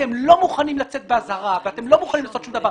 אתם לא מוכנים לצאת באזהרה ואתם לא מוכנים לעשות שום דבר.